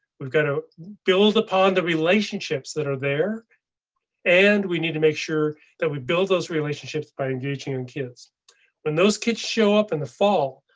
we've got to build upon the relationships that are there and we need to make sure that we build those relationships by engaging in kids when those kids show up in the fall.